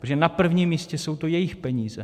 Protože na prvním místě jsou to jejich peníze.